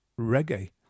reggae